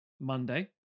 Monday